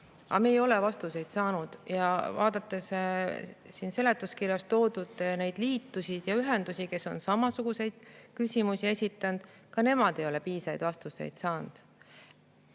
Aga me ei ole vastuseid saanud. Siin seletuskirjas on toodud liidud ja ühendused, kes on samasuguseid küsimusi esitanud, aga ka nemad ei ole piisavaid vastuseid saanud.